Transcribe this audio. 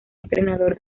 entrenador